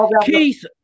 Keith